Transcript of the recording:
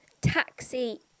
taxi